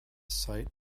site